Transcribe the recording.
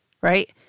right